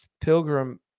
pilgrim